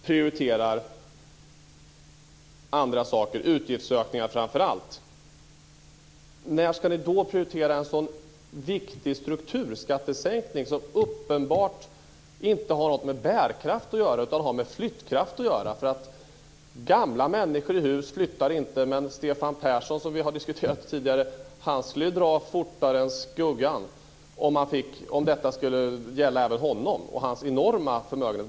Fru talman! Om vi nu prioriterar andra saker, framför allt utgiftsökningar, när ska vi då prioritera en så viktig strukturskattesänkning som uppenbart inte har något med bärkraft att göra utan som har med flyttkraft att göra, eftersom gamla människor i hus inte flyttar, men Stefan Persson, som vi har diskuterat tidigare, skulle dra fortare än skuggan om detta skulle gälla även honom och hans enorma förmögenhet.